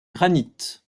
granit